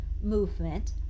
movement